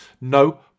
No